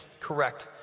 correct